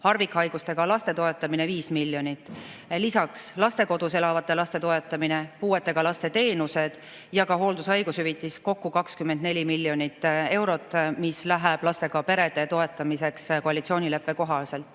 harvikhaigustega laste toetamine – 5 miljonit; lisaks lastekodus elavate laste toetamine, puuetega laste teenused ja ka hooldus‑ ja haigushüvitis, kokku 24 miljonit eurot, mis läheb lastega perede toetamiseks koalitsioonileppe kohaselt.